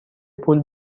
پول